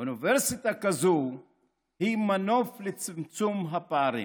אוניברסיטה כזאת היא מנוף לצמצום הפערים.